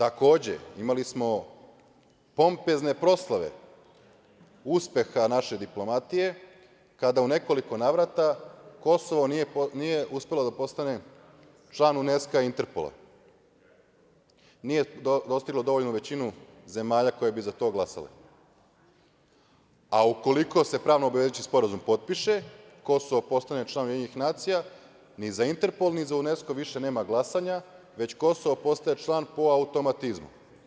Takođe, imali smo pompezne proslave uspeha naše diplomatije kada u nekoliko navrata Kosovo nije uspelo da postane član UNESK-a Interpola, nije dostiglo dovoljnu većinu zemalja koje bi za to glasale, a ukoliko se pravno obavezujući sporazum potpiše, Kosovo postane član UN, ni za Interpol, ni za UNESK-o više nam glasanje, već Kosovo postaje član po automatizmu.